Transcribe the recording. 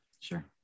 Sure